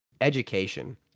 education